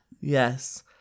Yes